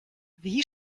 wie